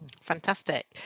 Fantastic